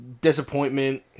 disappointment